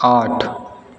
आठ